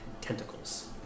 tentacles